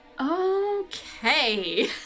Okay